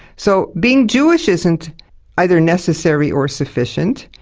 so, being jewish isn't either necessary or sufficient,